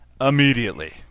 immediately